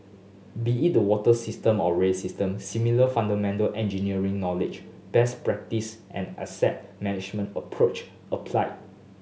be it the water system or rail system similar fundamental engineering knowledge best practice and asset management approached apply